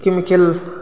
chemical